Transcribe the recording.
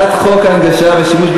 חברי